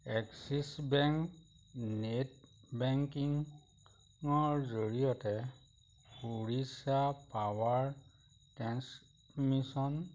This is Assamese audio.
এক্সিছ বেংক নেট বেংকিঙৰ জৰিয়তে উৰিষ্যা পাৱাৰ ট্ৰেন্সমিশ্যন